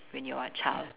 when you are a child